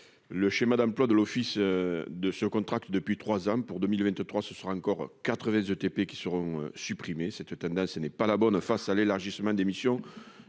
le schéma d'emplois de l'Office de ce contrat depuis 3 ans pour 2023, ce sera encore 82 TP qui seront supprimés cette tendance n'est pas la bonne face à l'élargissement des missions